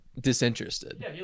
disinterested